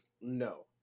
no